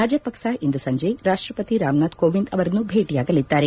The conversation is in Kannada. ರಾಜಪಕ್ಷಾ ಇಂದು ಸಂಜೆ ರಾಷ್ಲಪತಿ ರಾಮನಾಥ್ ಕೋವಿಂದ್ ಅವರನ್ನು ಭೇಟಿಯಾಗಲಿದ್ದಾರೆ